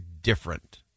different